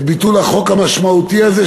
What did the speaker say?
את ביטול החוק המשמעותי הזה,